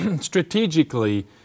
strategically